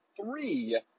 three